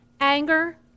Anger